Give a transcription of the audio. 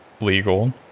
legal